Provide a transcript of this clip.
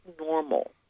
normal